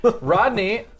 Rodney